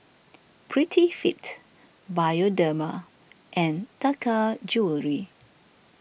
Prettyfit Bioderma and Taka Jewelry